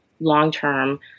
long-term